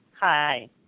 hi